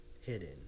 hidden